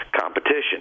competition